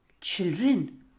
Children